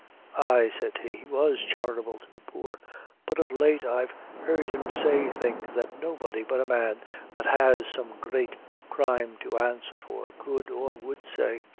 ay, said he, he was charitable to the poor but of late i've heard him say things that nobody but a man that has some great crime to answer for could or would say.